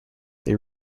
they